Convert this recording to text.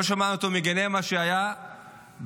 לא שמענו אותו מגנה את מה שהיה במשחק